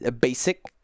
basic